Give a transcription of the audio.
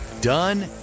done